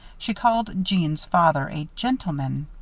she called jeanne's father a gentleman.